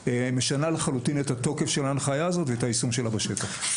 משנה לחלוטין את התוקף של ההנחיה הזאת ואת היישום שלה בשטח.